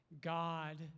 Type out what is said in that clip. God